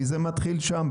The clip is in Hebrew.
כי זה מתחיל שם,